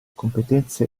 competenze